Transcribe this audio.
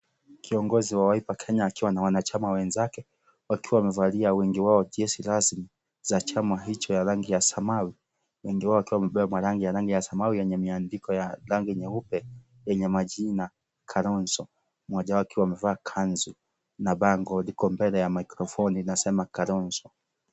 Kiongozi wa Wiper Kenya akiwa na wanachama wenzake wakiwa wamevalia wengi wao jezi rasmi za chama hicho ya rangi ya samawi, wengi wao wakiwa wamebebwa ya rangi ya samawi yenye miandiko ya rangi nyeupe yenye majina Kalonzo, mmoja wao akiwa amevaa kanzu na bango liko mbele ya mikrofoni linasema Kalonzo.